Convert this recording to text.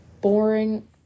boring